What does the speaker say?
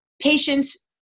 patients